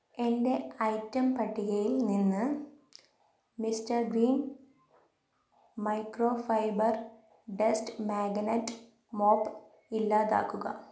എന്റെ ഐറ്റം പട്ടികയിൽ നിന്ന് Mr Gleem microfiber dust magnet mop ഇല്ലാതാക്കുക